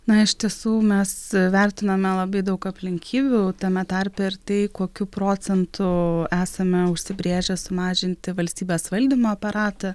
na iš tiesų mes vertiname labai daug aplinkybių tame tarpe ir tai kokiu procentu esame užsibrėžę sumažinti valstybės valdymo aparatą